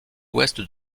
ouest